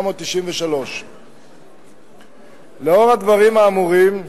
התשנ"ג 1993. לאור הדברים האמורים,